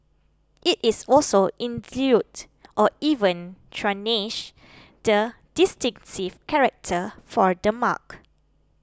it is also or even tarnish the distinctive character for the mark